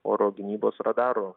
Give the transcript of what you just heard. oro gynybos radarų